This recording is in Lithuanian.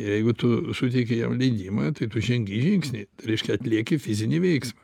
jeigu tu suteiki jam leidimą tai tu žengi žingsnį tai reiškia atlieki fizinį veiksmą